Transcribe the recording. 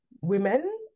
women